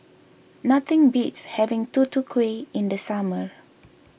nothing beats having Tutu Kueh in the summer